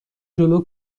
جلو